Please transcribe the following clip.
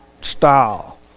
style